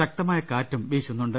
ശക്തമായ കാറ്റും വീശുന്നുണ്ട്